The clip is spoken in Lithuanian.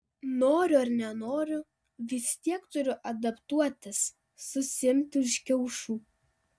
noriu ar nenoriu vis tiek turiu adaptuotis susiimti už kiaušų